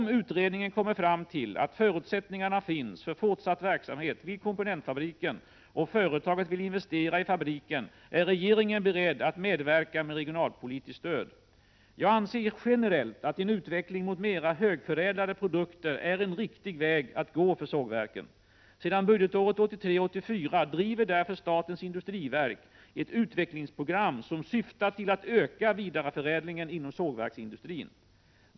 Om utredningen kommer fram till att förutsättningarna finns för fortsatt verksamhet vid komponentfabriken och företaget vill investera i fabriken är regeringen beredd att medverka med regionalpolitiskt stöd. Jag anser generellt att en utveckling mot mera högförädlade produkter är en riktig väg att gå för sågverken. Sedan budgetåret 1983/84 driver därför statens industriverk ett utvecklingsprogram som syftar till att öka vidareförädlingen inom sågverksindustrin.